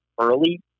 early